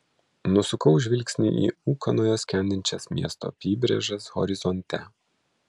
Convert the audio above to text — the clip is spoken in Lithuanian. nusukau žvilgsnį į ūkanoje skendinčias miesto apybrėžas horizonte